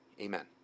Amen